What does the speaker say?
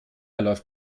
läuft